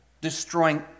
destroying